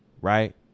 Right